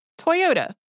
Toyota